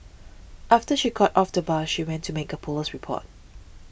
after she got off the bus she went to make a police report